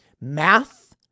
math